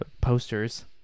posters